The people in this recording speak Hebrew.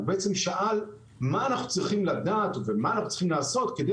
הוא שאל מה אנחנו צריכים לדעת ומה אנחנו צריכים לעשות כדי